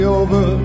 over